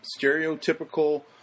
stereotypical